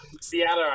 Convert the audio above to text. Seattle